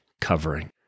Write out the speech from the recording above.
covering